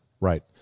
Right